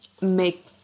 make